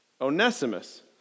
Onesimus